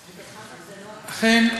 אכן,